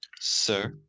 Sir